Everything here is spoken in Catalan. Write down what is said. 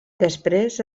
després